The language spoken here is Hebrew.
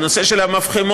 בנושא של המפחמות,